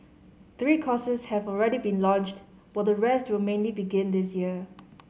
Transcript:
three courses have already been launched while the rest will mainly begin this year